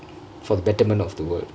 for the betterment of the world